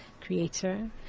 creator